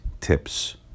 tips